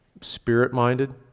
spirit-minded